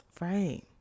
right